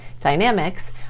dynamics